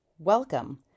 Welcome